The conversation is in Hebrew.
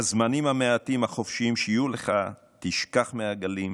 בזמנים המעטים החופשיים שיהיו לך תשכח מהגלים,